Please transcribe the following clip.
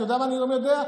אתה יודע מה היום אני יודע?